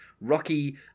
Rocky